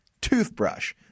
toothbrush